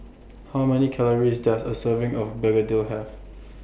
How Many Calories Does A Serving of Begedil Have